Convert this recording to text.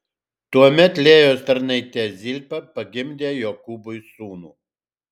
tuomet lėjos tarnaitė zilpa pagimdė jokūbui sūnų